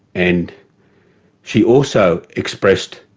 and she also expressed